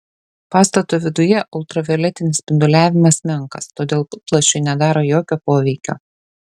pastato viduje ultravioletinis spinduliavimas menkas todėl putplasčiui nedaro jokio poveikio